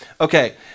Okay